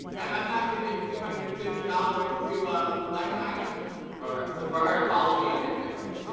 and i'm not giving two hundred and fifty dollars to blac chyna for her to follow me on instagram,